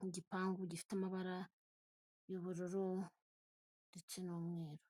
n'igipangu gifite amabara y'ubururu ndetse n'umweru.